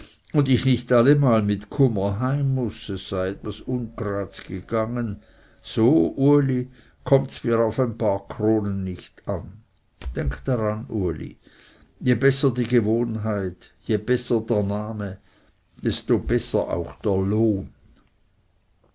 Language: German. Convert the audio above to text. und ich nicht allemal mit kummer heim muß es sei etwas ungrads gegangen so uli kommts mir auf ein paar kronen nicht an denk daran uli je besser die gewohnheit je besser der name desto besser auch der lohn